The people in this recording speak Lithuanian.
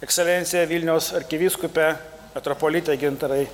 ekscelencija vilniaus arkivyskupe metropolite gintarai